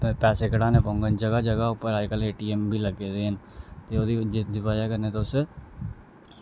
पैसे कढाने पौङन जगह् जगह् उप्पर अज्ज कल ए टी ऐम बी लग्गे दे न ते ओह्दी जिसदी बजह् कन्नै तुस